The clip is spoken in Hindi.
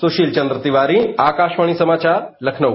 सुशील चन्द्र तिवारी आकाशवाणी समाचार लखनऊ